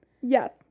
Yes